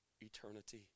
eternity